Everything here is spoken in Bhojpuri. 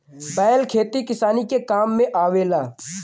बैल खेती किसानी के काम में आवेला